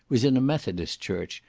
was in a methodist church,